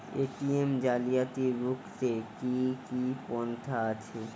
ATM জালিয়াতি রুখতে কি কি পন্থা আছে?